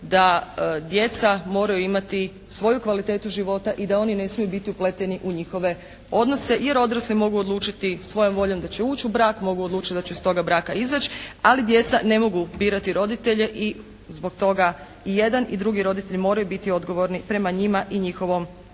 da djeca moraju imati svoju kvalitetu života i da oni ne smiju biti upleteni u njihove odnose, jer odrasli mogu odlučiti svojom voljom da će ući u brak, mogu odlučiti da će iz toga braka izać', ali djeca ne mogu birati roditelje i zbog toga i jedan i drugi roditelj moraju biti odgovorni prema njima i njihovom